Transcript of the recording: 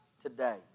today